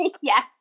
Yes